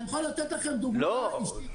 --- שלי?